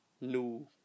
new